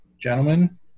gentlemen